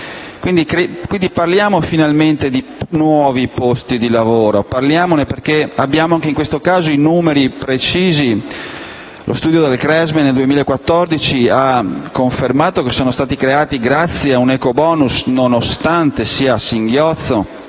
Quindi, parliamo finalmente di nuovi posti di lavoro; parliamone perché abbiamo anche in questo caso i numeri precisi. Lo studio del CRESME nel 2014 ha confermato che sono stati creati, grazie ad un ecobonus - nonostante sia a singhiozzo